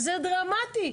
זה דרמטי.